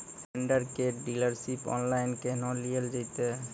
Vendor केर dealership online केहनो लियल जेतै?